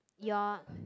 your